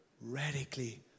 radically